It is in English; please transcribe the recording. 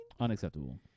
Unacceptable